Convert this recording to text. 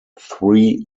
three